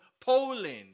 Poland